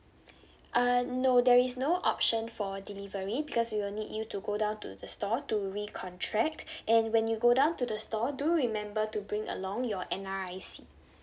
uh no there is no option for delivery because it will need you to go down to the store to recontract and when you go down to the store do remember to bring along your N_R_I_C